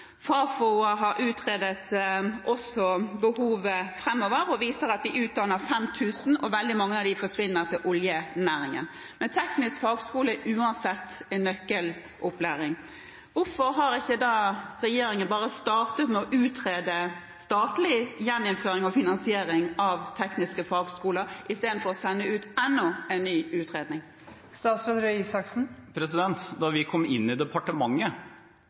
Fafo har også utredet behovet framover og viser at vi utdanner 5 000, og veldig mange av dem forsvinner til oljenæringen. Men teknisk fagskole er uansett en nøkkelopplæring. Hvorfor har ikke da regjeringen bare startet med å utrede statlig gjeninnføring av finansiering av tekniske fagskoler istedenfor å sende ut enda en ny utredning? Da vi kom inn i departementet,